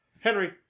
Henry